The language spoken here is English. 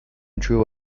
true